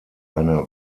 eine